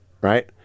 right